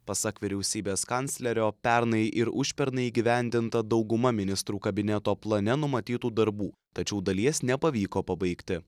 pasak vyriausybės kanclerio pernai ir užpernai įgyvendinta dauguma ministrų kabineto plane numatytų darbų tačiau dalies nepavyko pabaigti